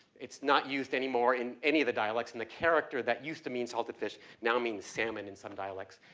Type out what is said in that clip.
it's not used anymore in any of the dialects and the character that used to mean salted fish now means salmon in some dialects.